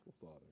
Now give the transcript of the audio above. Father